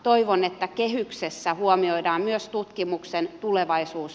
toivon että kehyksessä huomioidaan myös tutkimuksen tulevaisuus